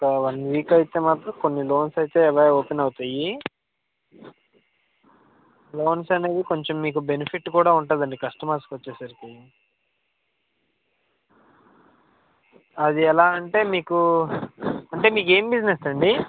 ఒక one week అయితే మాత్రం కొన్ని లోన్స్ అయితే అవే ఓపెన్ అవుతాయి లోన్స్ అనేవి కొంచెం మీకు బెనిఫిట్ కూడా ఉంటుందండి కస్టమర్స్కి వచ్చేసరికి అది ఎలా అంటే మీకు అంటే మీకేం బిజినెస్ అండి